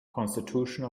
constitution